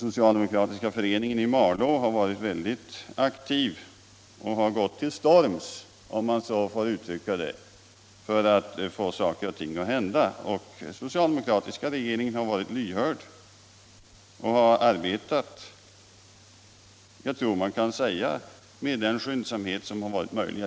Socialdemokratiska föreningen i Malå har varit mycket aktiv och har gått till storms, om jag får använda det uttrycket, för att få saker och ting att hända. Den socialdemokratiska regeringen var lyhörd, och jag tror man kan säga att den arbetade med den skyndsamhet som varit möjlig.